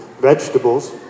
vegetables